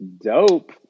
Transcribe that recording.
Dope